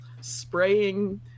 spraying